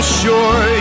sure